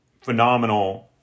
phenomenal